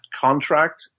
contract